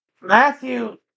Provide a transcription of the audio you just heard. Matthew